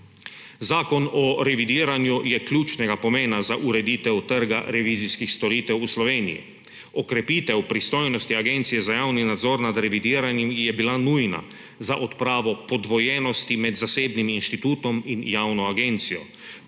Zakon o revidiranju je ključnega pomena za ureditev trga revizijskih storitev v Sloveniji, okrepitev pristojnosti Agencije za javni nadzor nad revidiranjem je bila nujna za odpravo podvojenosti med zasebnim institutom in javno agencijo,